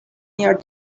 near